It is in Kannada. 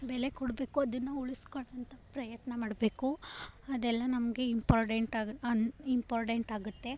ಬೆಲೆ ಕೊಡಬೇಕು ಅದನ್ನು ಉಳಿಸ್ಕೊಳ್ಳೋವಂಥ ಪ್ರಯತ್ನ ಮಾಡಬೇಕು ಅದೆಲ್ಲ ನಮಗೆ ಇಂಪಾರ್ಡೆಂಟಾಗಿ ಇಂಪಾರ್ಡೆಂಟಾಗುತ್ತೆ